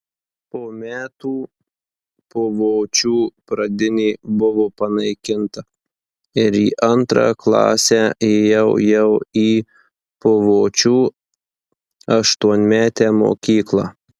po metų puvočių pradinė buvo panaikinta ir į antrą klasę ėjau jau į puvočių aštuonmetę mokyklą